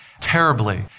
terribly